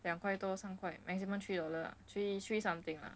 两块多到三块 maximum three dollar lah three three something ah